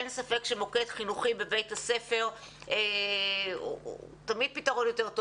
אין ספק שמוקד חינוכי בבית הספר הוא תמיד פתרון יותר טוב,